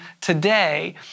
today